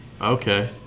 Okay